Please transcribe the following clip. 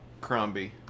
Crombie